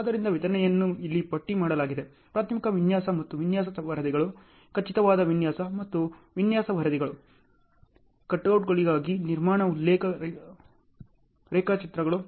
ಆದ್ದರಿಂದ ವಿತರಣೆಯನ್ನು ಇಲ್ಲಿ ಪಟ್ಟಿ ಮಾಡಲಾಗಿದೆ ಪ್ರಾಥಮಿಕ ವಿನ್ಯಾಸ ಮತ್ತು ವಿನ್ಯಾಸ ವರದಿಗಳು ಖಚಿತವಾದ ವಿನ್ಯಾಸ ಮತ್ತು ವಿನ್ಯಾಸ ವರದಿಗಳು ಕಟೌಟ್ಗಳಿಗಾಗಿ ನಿರ್ಮಾಣ ಉಲ್ಲೇಖ ರೇಖಾಚಿತ್ರಗಳು